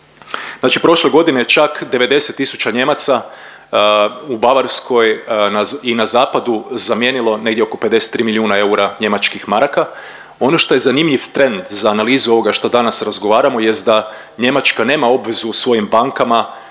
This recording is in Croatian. Znači prošle godine čak 90 tisuća Nijemaca u Bavarskoj i na zapadu zamijenilo negdje oko 53 milijuna eura njemačkih maraka. Ono što je zanimljiv trend za analizu ovoga šta danas razgovaramo jest da Njemačka nema obvezu u svojim bankama